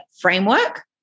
framework